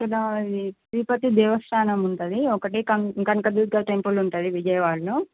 ఇక్కడ ఈ తిరుపతి దేవస్థానం ఉంటుంది ఒకటి కన కనకదుర్గ టెంపుల్ ఉంటుంది విజయవాడలో